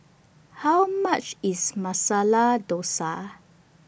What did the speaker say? How much IS Masala Dosa